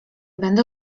będę